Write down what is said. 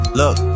look